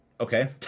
okay